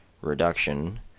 reduction